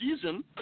season